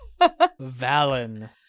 Valen